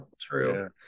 true